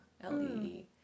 L-E-E